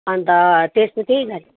अन्त त्यस्तो चाहिँ